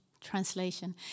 translation